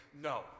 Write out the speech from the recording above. No